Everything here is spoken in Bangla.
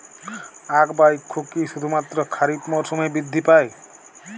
আখ বা ইক্ষু কি শুধুমাত্র খারিফ মরসুমেই বৃদ্ধি পায়?